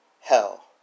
Hell